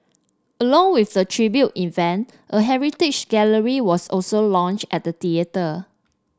along with the tribute event a heritage gallery was also launched at the theatre